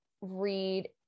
read